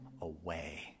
away